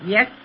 Yes